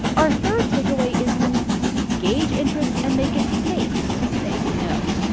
our third takeaway is this gauge interest and make it safe to say, no.